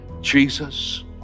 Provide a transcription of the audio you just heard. Jesus